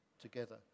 together